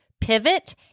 pivot